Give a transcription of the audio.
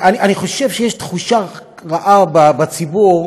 אני חושב שיש תחושה רעה בציבור,